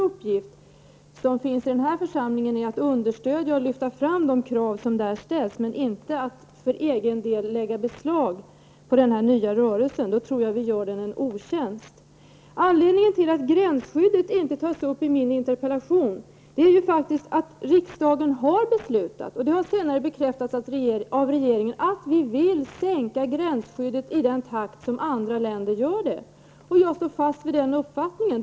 Uppgiften för oss i den här församlingen är att understödja och lyfta fram de krav som den här nya rörelsen ställer, inte att för egen del lägga beslag på den. I så fall tror jag att vi skulle göra den en otjänst. Anledningen till att jag i min interpellation inte tar upp frågan om gränsskyddet är att riksdagen faktiskt har beslutat att, något som regeringen sedan bekräftat, vi skall sänka gränsskyddet i den takt som andra länder gör det. Jag står fast i den uppfattningen.